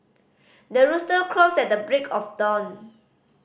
the rooster crows at the break of dawn